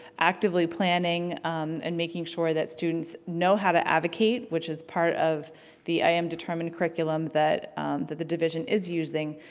actively planning and making sure that students know how to advocate, which is part of the i am determined curriculum that that the division is using,